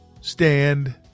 Stand